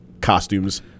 costumes